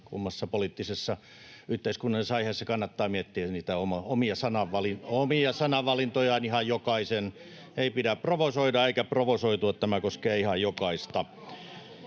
näin poliittisessa tai yhteiskunnallisessa aiheessa — kannattaa miettiä niitä omia sanavalintojaan, ihan jokaisen. Ei pidä provosoida eikä provosoitua. Tämä koskee ihan jokaista.